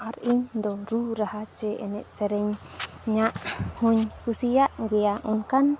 ᱟᱨ ᱤᱧᱫᱚ ᱨᱩᱼᱨᱟᱦᱟ ᱪᱮ ᱮᱱᱮᱡᱼᱥᱮᱨᱮᱧ ᱤᱧᱟᱹᱜ ᱦᱚᱧ ᱠᱩᱥᱤᱭᱟᱜ ᱜᱮᱭᱟ ᱚᱱᱠᱟᱱ